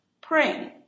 praying